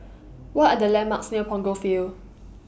What Are The landmarks near Punggol Field